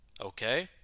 okay